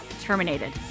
terminated